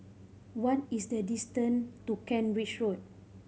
what is the distance to Kent Ridge Road